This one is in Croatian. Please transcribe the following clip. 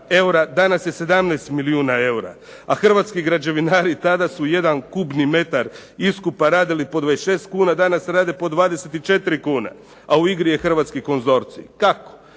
danas je 17 milijuna eura, a hrvatski građevinari tada su 1 kubni metar iskupa radili po 26 kuna, danas rade po 24 kune. A u igri je hrvatski konzorcij. Kako?